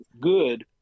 good